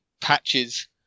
patches